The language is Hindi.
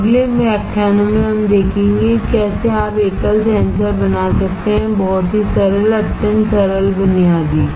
अब अगले व्याख्यानों में हम देखेंगे कि कैसे आप एकल सेंसर बना सकते हैंबहुत ही सरल अत्यंत सरल बुनियादी